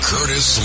Curtis